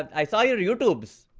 and i saw your youtubes.